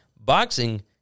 Boxing